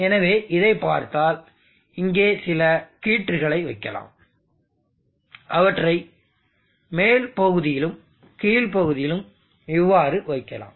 எனவே இதைப் பார்த்தால் இங்கே சில கீற்றுகளை வைக்கலாம் அவற்றை மேல் பகுதியிலும் கீழ் பகுதியிலும் இவ்வாறு வைக்கலாம்